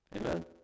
Amen